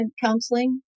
counseling